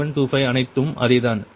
04725 அனைத்தும் அதேதான் சரியா